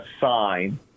Sign